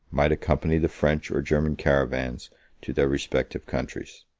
might accompany the french or german caravans to their respective countries.